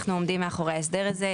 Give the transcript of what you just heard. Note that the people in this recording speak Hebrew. אנחנו עומדים מאחורי ההסדר הזה.